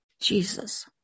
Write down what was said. Jesus